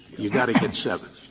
you got to get seven.